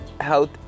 health